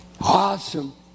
Awesome